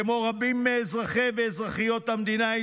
כמו רבים מאזרחי ואזרחיות המדינה,